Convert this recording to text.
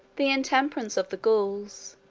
the intemperance of the gauls,